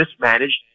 mismanaged